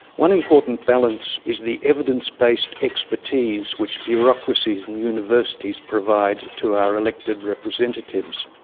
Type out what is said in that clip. one important balance is the evidence-based expertise which bureaucracies and universities provide to our elected representatives.